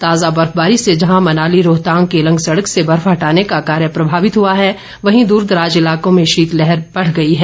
ताजा बर्फबारी से जहां मनाली रोहतांग केलंग सड़क से बर्फ हटाने का कार्य प्रभावित हुआ है वहीं दूरदराज़ इलाकों में शीतलहर बढ़ गई है